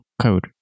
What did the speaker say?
code